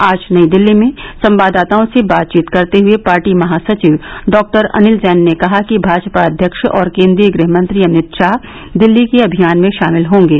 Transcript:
आज नई दिल्ली में संवाददाताओं से बातचीत करते हुए पार्टी महासचिव डॉक्टर अनिल जैन ने कहा कि भाजपा अध्यक्ष और केन्द्रीय गृहमंत्री अमित शाह दिल्ली के अभियान में शामिल होंगे